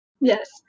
Yes